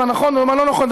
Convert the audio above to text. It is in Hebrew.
מה נכון ומה לא נכון,